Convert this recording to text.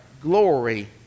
glory